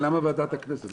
למה ועדת הכנסת?